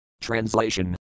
TRANSLATION